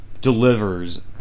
delivers